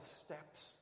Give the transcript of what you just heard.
steps